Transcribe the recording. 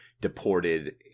deported